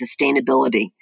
Sustainability